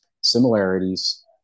similarities